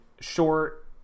short